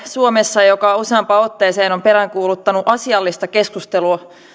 suomessa joka useampaan otteeseen on peräänkuuluttanut asiallista keskustelua